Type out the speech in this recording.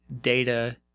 data